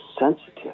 sensitive